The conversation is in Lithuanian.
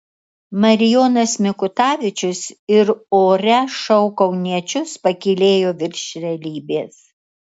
marijonas mikutavičius ir ore šou kauniečius pakylėjo virš realybės